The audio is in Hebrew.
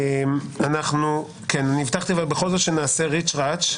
הבטחתי שנעשה ריץ'-רץ',